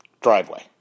driveway